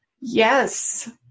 yes